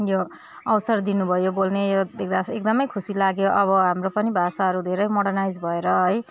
यो अवसर दिनु भयो बोल्ने यो देख्दा एकदमै खुसी लाग्यो अब हाम्रो पनि भाषाहरू धेरै मोर्डनाइज भएर है